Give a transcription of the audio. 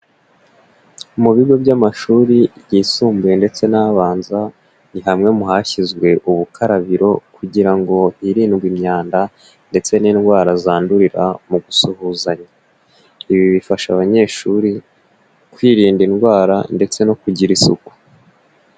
Mu bigo by'amashuri yisumbuye ndetse n'abanza, ni hamwe mu hashyizwe ubukarabiro kugira ngo hirindwe imyanda ndetse n'indwara zandurira mu gusuhuzanya. Ibi bifasha abanyeshuri kwirinda indwara ndetse no kugira isuku.